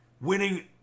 winning